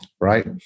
right